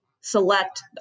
select